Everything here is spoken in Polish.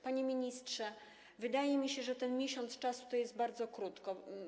Panie ministrze, wydaje mi się, że ten miesiąc czasu to jest bardzo krótko.